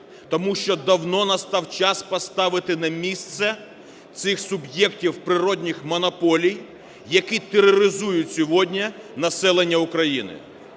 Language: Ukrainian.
Тому що давно настав час поставити на місце цих суб'єктів природніх монополій, які тероризують сьогодні населення України.